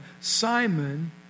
Simon